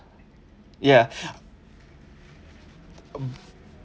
ya